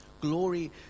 glory